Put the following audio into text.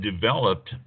developed